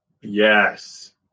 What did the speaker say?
Yes